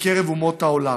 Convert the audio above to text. בקרב אומות העולם,